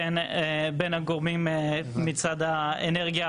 בין הגורמים מצד האנרגיה